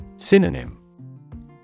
Synonym